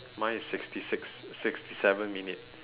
mine is sixty six sixty seven minutes